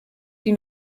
die